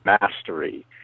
mastery